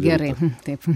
gerai taip